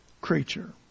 creature